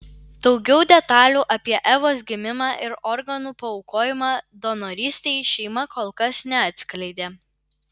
daugiau detalių apie evos gimimą ir organų paaukojimą donorystei šeima kol kas neatskleidė